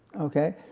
okay?